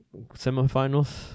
Semifinals